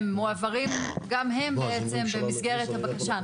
הם מועברים גם הם בעצם במסגרת הבקשה.